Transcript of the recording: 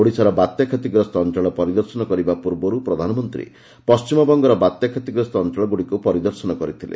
ଓଡ଼ିଶାର ବାତ୍ୟା କ୍ଷତିଗ୍ରସ୍ତ ଅଞ୍ଚଳ ପରିଦର୍ଶନ କରିବା ପ୍ରର୍ବରୁ ପ୍ରଧାନମନ୍ତ୍ରୀ ପଣ୍ଟିମବଙ୍ଗର ବାତ୍ୟା କ୍ଷତିଗ୍ରସ୍ତ ଅଞ୍ଚଳଗୁଡ଼ିକୁ ପରିଦର୍ଶନ କରିଥିଲେ